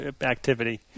activity